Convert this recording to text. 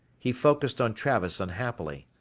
he focussed on travis unhappily.